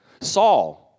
Saul